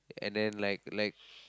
and then like like